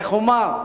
איך אומר,